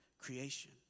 creation